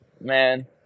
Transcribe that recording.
man